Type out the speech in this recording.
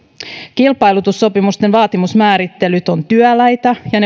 kilpailutussopimusten vaatimusmäärittelyt ovat työläitä ja